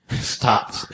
Stop